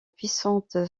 puissante